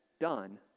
done